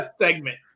segment